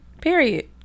Period